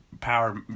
power